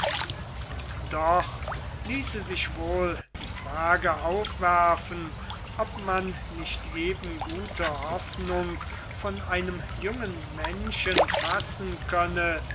und doch ließe sich wohl die frage aufwerfen ob man nicht eben gute hoffnung von einem jungen menschen fassen könne